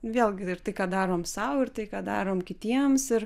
vėlgi ir tai ką darom sau ir tai ką darom kitiems ir